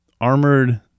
armored